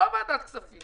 לא ועדת הכספים.